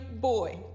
boy